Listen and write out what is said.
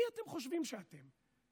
מי אתם חושבים שאתם?